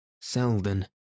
Selden